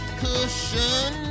cushion